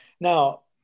Now